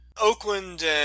Oakland